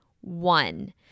one